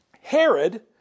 Herod